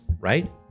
right